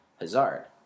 Hazard